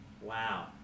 Wow